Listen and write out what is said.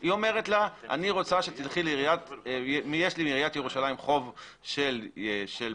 היא אומרת לה: יש לי מעיריית ירושלים חוב של אלמוני,